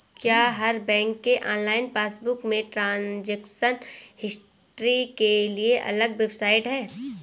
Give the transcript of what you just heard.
क्या हर बैंक के ऑनलाइन पासबुक में ट्रांजेक्शन हिस्ट्री के लिए अलग वेबसाइट है?